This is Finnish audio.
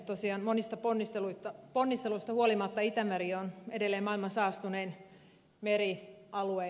tosiaan monista ponnisteluista huolimatta itämeri on edelleen maailman saastunein merialue